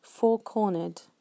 four-cornered